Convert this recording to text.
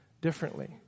differently